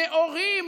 נאורים,